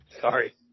Sorry